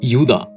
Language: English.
Yuda